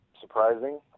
surprising